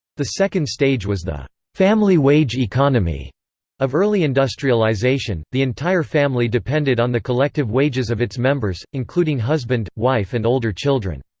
the second stage was the family wage economy of early industrialization, the entire family depended on the collective wages of its members, including husband, wife and older children.